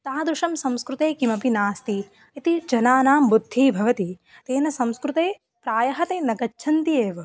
तादृशं संस्कृते किमपि नास्ति इति जनानां बुद्धिः भवति तेन संस्कृते प्रायः ते न गच्छन्ति एव